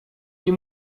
nie